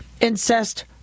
incest